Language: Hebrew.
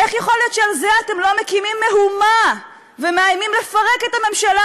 איך יכול להיות שעל זה אתם לא מקימים מהומה ומאיימים לפרק את הממשלה?